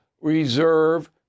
reserve